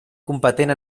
competent